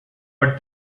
but